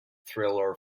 thriller